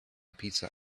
pizza